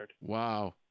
Wow